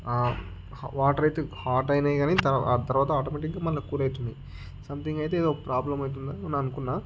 water అయితే hot అయినాయి కాని తర్వాత ఆ తర్వాత ఆటోమేటిక్గా మళ్ళీ కూల్ అవున్నాయి సంథింగ్ అయితే ఏదో ఒక ప్రాబ్లం అయితే అనుకున్న